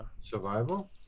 survival